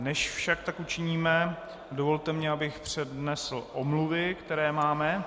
Než však tak učiníme, dovolte mi, abych přednesl omluvy, které máme.